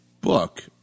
book –